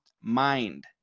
mind